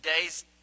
days